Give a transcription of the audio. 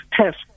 test